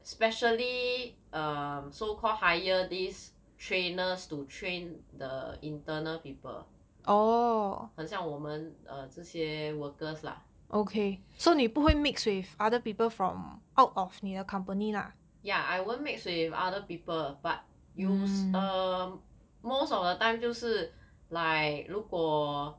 specially um so called hire these trainers to train the internal people 很像我们这些 workers lah ya I won't mix with other people but use most of the time 就是 like 如果